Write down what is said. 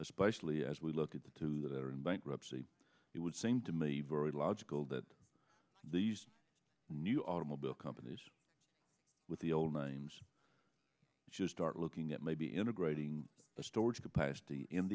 especially as we look at the two that are in bankruptcy it would seem to me very logical that these new automobile companies with the old names just aren't looking at maybe integrating the storage capacity